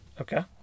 Okay